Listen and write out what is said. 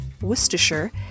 Worcestershire